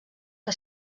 que